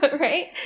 right